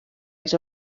els